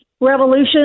Revolution